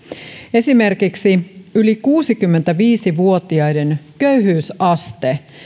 esimerkiksi yli kuusikymmentäviisi vuotiaiden köyhyysaste